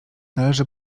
należy